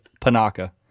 Panaka